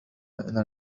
إلى